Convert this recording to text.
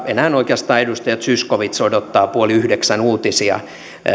enää oikeastaan edustaja zyskowicz odottaa puoli yhdeksän uutisia